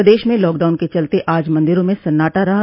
प्रदेश में लॉकडाउन के चलते आज मंदिरों में सन्नाटा रहा